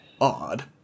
Odd